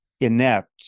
inept